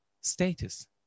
status